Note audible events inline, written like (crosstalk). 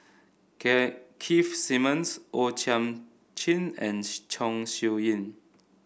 (unintelligible) Keith Simmons O Thiam Chin and (noise) Chong Siew Ying